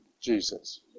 Jesus